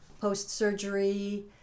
post-surgery